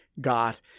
got